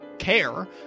care